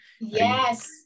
Yes